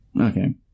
Okay